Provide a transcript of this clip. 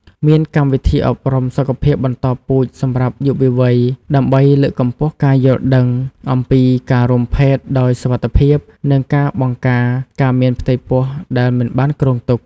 មានកម្មវិធីអប់រំសុខភាពបន្តពូជសម្រាប់យុវវ័យ ដើម្បីលើកកម្ពស់ការយល់ដឹងអំពីការរួមភេទដោយសុវត្ថិភាព និងការបង្ការការមានផ្ទៃពោះដែលមិនបានគ្រោងទុក។